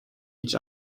each